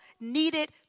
needed